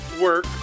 work